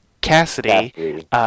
Cassidy